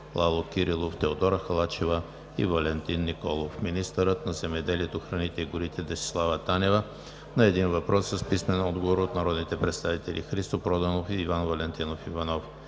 Лало Кирилов, Теодора Халачева и Валентин Николов; - министърът на земеделието, храните и горите Десислава Танева на един въпрос с писмен отговор от народните представители Христо Проданов и Иван Валентинов Иванов;